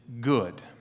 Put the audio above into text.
good